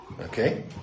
Okay